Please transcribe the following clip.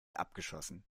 abgeschossen